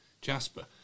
jasper